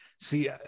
See